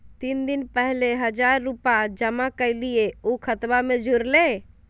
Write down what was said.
तीन दिन पहले हजार रूपा जमा कैलिये, ऊ खतबा में जुरले?